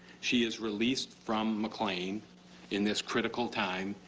she is released from mcclain in this critical time,